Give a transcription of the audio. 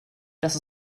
dass